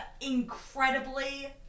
incredibly